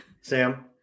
Sam